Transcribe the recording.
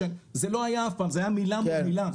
זה לא היה אף פעם זאת הייתה מילה מול מילה.